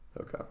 Okay